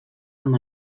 amb